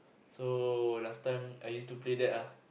so last time I used to play that ah